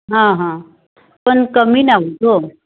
हां हां पण कमी नाही होत हो